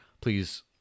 please